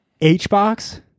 H-Box